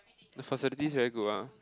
the facilities very good ah